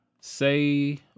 say